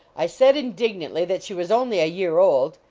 i said, indignantly, that she was only a year old.